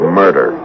murder